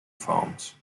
farms